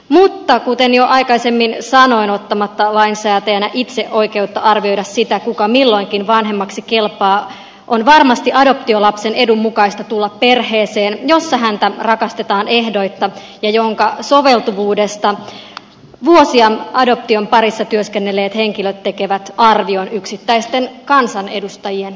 mutta kuten jo aikaisemmin sanoin ottamatta lainsäätäjänä itse oikeutta arvioida sitä kuka milloinkin vanhemmaksi kelpaa on varmasti adoptiolapsen edun mukaista tulla perheeseen jossa häntä rakastetaan ehdoitta ja jonka soveltuvuudesta vuosia adoption parissa työskennelleet henkilöt tekevät arvion yksittäisten kansanedustajien sijaan